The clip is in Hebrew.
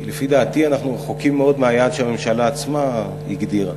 כי לפי דעתי אנחנו רחוקים מאוד מהיעד שהממשלה עצמה הגדירה.